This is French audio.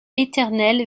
éternel